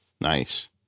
nice